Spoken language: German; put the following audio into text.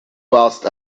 warst